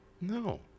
No